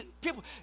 People